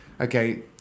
okay